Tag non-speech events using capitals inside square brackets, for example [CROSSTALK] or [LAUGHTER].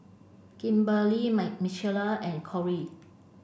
Kimberlie [UNINTELLIGIBLE] Michaela and Kory